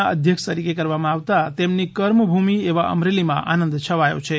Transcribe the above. ના અધ્યક્ષ તરીકે કરવામાં આવતા તેમની કર્મભૂમિ એવા અમરેલીમાં આનંદ છવાયો છે